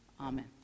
Amen